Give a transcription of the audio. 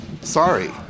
Sorry